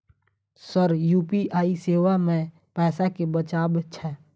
Sir UPI सेवा मे पैसा केँ बचाब छैय?